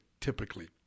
typically